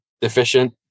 deficient